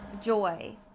joy